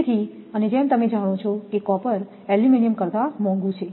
તેથી જેમ તમે જાણો છો કે કોપર એલ્યુમિનિયમ કરતાં મોંઘું છે